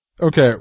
Okay